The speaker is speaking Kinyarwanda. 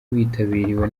witabiriwe